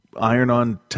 Iron-on